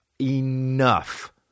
Enough